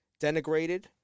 denigrated